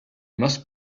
must